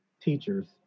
teachers